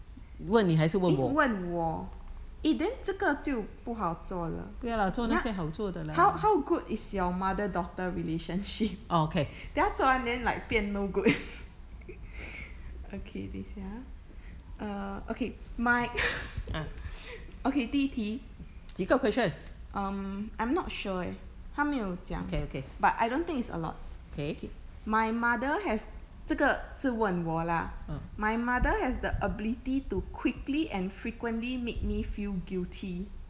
eh 问我 eh then 这个就不好做了你要 how how good is your mother daughter relationship 等一下做完 then like 变 no good okay 等一下啊 err okay my 第一题 um I'm not sure eh 它没有讲 but I don't think is a lot okay my mother has 这个是问我啦 my mother has the ability to quickly and frequently make me feel guilty